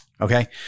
okay